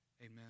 Amen